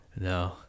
No